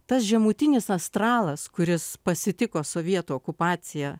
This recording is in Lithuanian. tas žemutinis astralas kuris pasitiko sovietų okupaciją